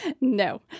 No